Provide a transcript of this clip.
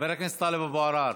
חבר הכנסת טלב אבו עראר,